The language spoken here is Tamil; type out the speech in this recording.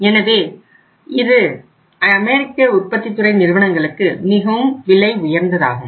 எனவே இது அமெரிக்க உற்பத்தித்துறை நிறுவனங்களுக்கு மிகவும் விலை உயர்ந்ததாகும்